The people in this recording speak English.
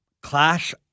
Clash